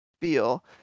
feel